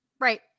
Right